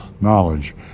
knowledge